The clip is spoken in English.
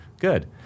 Good